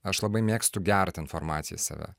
aš labai mėgstu gert informaciją į save